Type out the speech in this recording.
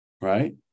right